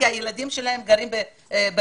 כי הילדים שלהם גרים בראשון?